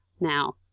now